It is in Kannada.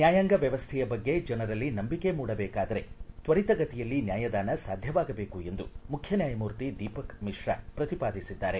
ನ್ನಾಯಾಂಗ ವ್ಣವಸ್ಟೆಯ ಬಗ್ಗೆ ಜನರಲ್ಲಿ ನಂಬಿಕೆ ಮೂಡಬೇಕಾದರೆ ತ್ವರಿತಗತಿಯಲ್ಲಿ ನ್ನಾಯದಾನ ಸಾಧ್ಯವಾಗಬೇಕು ಎಂದು ಮುಖ್ಯ ನ್ನಾಯಮೂರ್ತಿ ದೀಪಕ್ ಮಿಶ್ರಾ ಶ್ರತಿಪಾದಿಸಿದ್ದಾರೆ